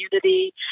community